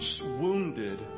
wounded